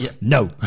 No